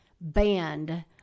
banned